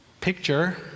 picture